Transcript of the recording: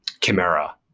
Chimera